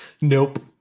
Nope